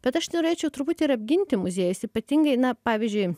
bet aš norėčiau truputį ir apginti muziejus įpatingai na pavyzdžiui